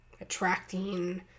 attracting